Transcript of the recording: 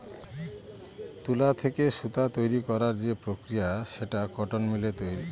তুলা থেকে সুতা তৈরী করার যে প্রক্রিয়া সেটা কটন মিলে করা হয়